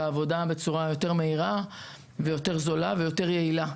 העבודה בצורה יותר מהירה ויותר זולה ויותר יעילה.